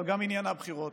אבל גם עניינה בחירות.